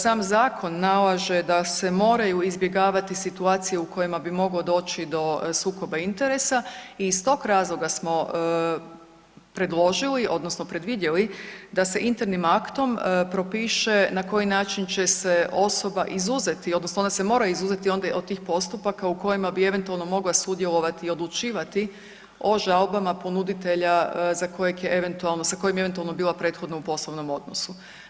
Sam zakon nalaže da se moraju izbjegavati situacije u kojima bi mogao doći do sukoba interesa i iz tog razloga smo predložili, odnosno predvidjeli da se internim aktom propiše na koji način će se osoba izuzeti odnosno ona se mora izuzeti onda od tih postupaka u kojima bi eventualno mogla sudjelovati i odlučivati o žalbama ponuditelja za kojeg eventualno sa kojim je eventualno bila prethodno u poslovnom odnosu.